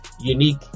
Unique